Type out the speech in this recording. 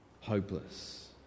hopeless